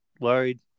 worried